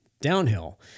Downhill